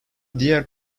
diğer